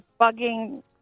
bugging